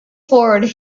forward